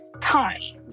times